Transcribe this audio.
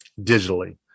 digitally